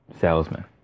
Salesman